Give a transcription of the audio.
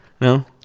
No